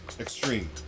extreme